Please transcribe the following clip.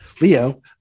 leo